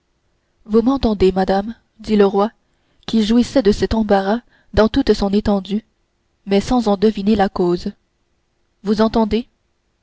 vous entendez madame dit le roi qui jouissait de cet embarras dans toute son étendue mais sans en deviner la cause vous entendez